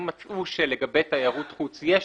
הם מצאו לגבי תיירות חוץ שיש